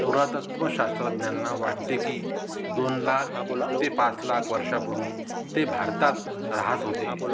पुरातत्व शास्त्रज्ञांना वाटते की दोन लाख ते पाच लाख वर्षांपूर्वी ते भारतात राहात होते